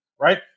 right